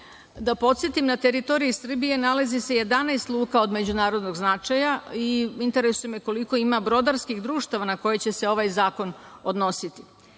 podsetim, na teritoriji Srbije nalazi se 11 luka od međunarodnog značaja i interesuje me koliko ima brodarskih društava na koje će se ovaj zakon odnositi.